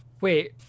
Wait